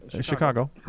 Chicago